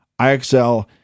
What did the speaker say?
IXL